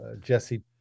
Jesse